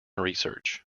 research